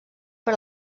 per